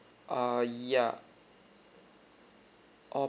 err ya um